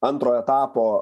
antro etapo